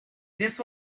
this